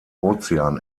ozean